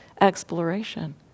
exploration